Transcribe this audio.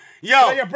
yo